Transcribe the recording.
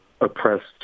oppressed